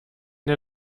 der